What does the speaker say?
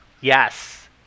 yes